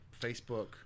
Facebook